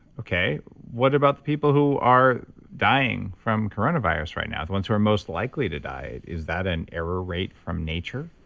what about the people who are dying from coronavirus right now, the ones who are most likely to die? is that an error rate from nature?